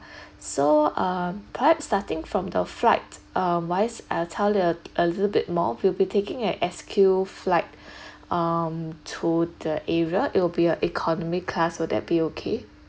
so uh perhaps starting from the flight uh wise I'll tell you uh a little bit more will be taking a S_Q flight um to the area it will be a economy class will that be okay